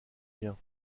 rien